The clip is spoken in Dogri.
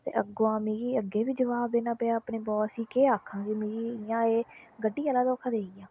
ते अग्गुंआं मिकी अग्गें बी जवाब देना पेआ अपने बास गी कि केह् आखां कि मिगी इ'यां एह् गड्डी आह्ला धोखा देई गेआ